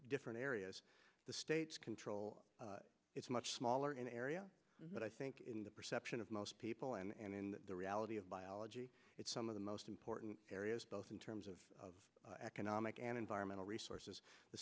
different areas the states control it's much smaller in area but i think in the perception of most people and in the reality of biology it's some of the most important areas both in terms of economic and environmental resources the